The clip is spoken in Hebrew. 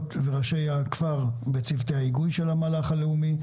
וראשי הכפר בצוותי ההיגוי של המהלך הלאומי,